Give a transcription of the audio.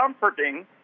comforting